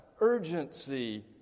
urgency